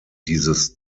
dieses